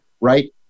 right